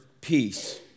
peace